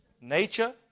nature